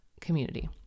community